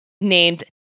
named